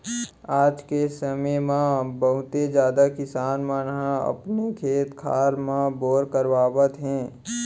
आज के समे म बहुते जादा किसान मन ह अपने खेत खार म बोर करवावत हे